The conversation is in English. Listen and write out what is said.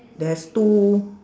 there's two